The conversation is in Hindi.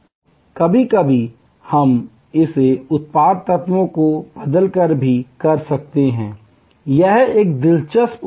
कभी कभी हम इसे उत्पाद तत्वों को बदलकर भी कर सकते हैं यह एक दिलचस्प उदाहरण है